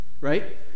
right